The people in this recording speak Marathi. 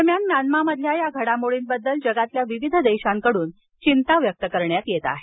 दरम्यान म्यानमामधील या घडामोडींबद्दल जगातील विविध देशांकडून चिंता व्यक्त करण्यात येत आहे